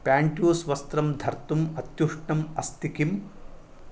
pants वस्त्रं धर्तुम् अत्युष्णम् अस्ति किम्